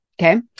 okay